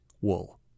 wool